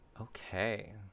Okay